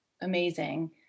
amazing